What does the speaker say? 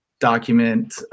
document